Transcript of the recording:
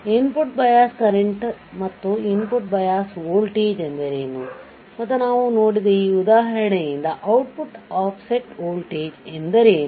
input bias current ಎಂದರೇನು ಮತ್ತು input offset voltage ಎಂದರೇನು ಮತ್ತು ನಾವು ನೋಡಿದ ಈ ಉದಾಹರಣೆಯಿಂದ ಔಟ್ಪುಟ್ ಆಫ್ಸೆಟ್ ವೋಲ್ಟೇಜ್ ಎಂದರೇನು